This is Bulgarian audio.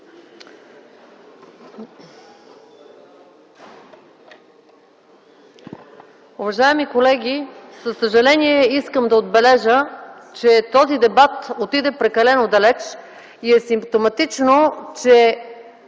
Уважаеми колеги, със съжаление искам да отбележа, че този дебат отиде прекалено далеч и е симптоматично, че